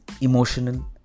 emotional